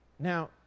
Now